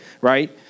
right